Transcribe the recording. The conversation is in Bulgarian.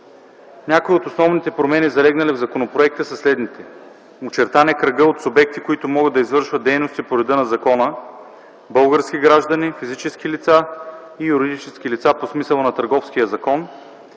Някои от основните промени, залегнали в законопроекта са следните: Очертан е кръгът от субекти, които могат да извършват дейности по реда на закона: български граждани, физически лица и юридически лица по смисъла на Търговския закон;